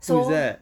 who is that